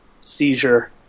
seizure